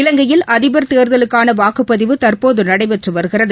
இலங்கையில் அதிபா் தேர்தலுக்கான வாக்குப்பதிவு தற்போது நடைபெற்று வருகிறது